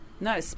No